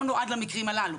הוא לא נועד למקרים הללו.